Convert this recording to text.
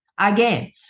Again